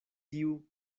tiu